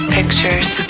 Pictures